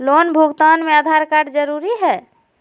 Loan भुगतान में Aadhaar card जरूरी है?